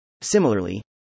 Similarly